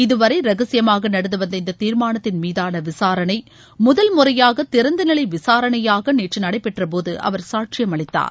இதுவரை ரகசியமாக நடந்துவந்த இந்த தீர்மானத்தின் மீதான விசாரணை முதல் முறையாக திறந்தநிலை விசாரணையாக நேற்று நடைபெற்றபோது அவர் சாட்சியம் அளித்தார்